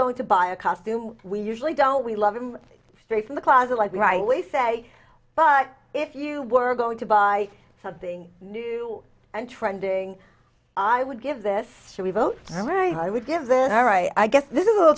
going to buy a costume we usually don't we love him straight from the closet like we rightly say but if you were going to buy something new and trending i would give this show we both right i would give them all right i guess this is a little